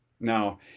Now